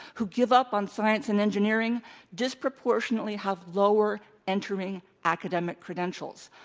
who give up on science and engineering disproportionately have lower entering academic credentials.